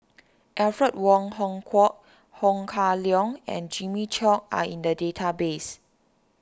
Alfred Wong Hong Kwok Ho Kah Leong and Jimmy Chok are in the database